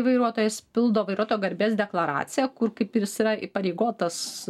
vairuotojas pildo vairuotojo garbės deklaraciją kur kaip ir jis yra įpareigotas